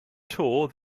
tour